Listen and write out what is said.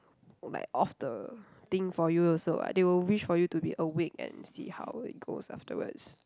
like off the thing for you also [what] they will wish for you to be awake and see how it goes afterwards